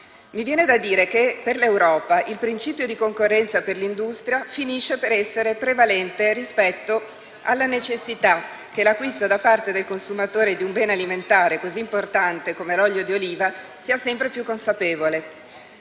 Mi viene da dire che per l'Europa il principio di concorrenza per l'industria finisce per essere prevalente rispetto alla necessità che l'acquisto da parte del consumatore di un bene alimentare così importante come l'olio di oliva sia sempre più consapevole.